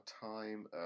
time